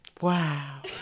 wow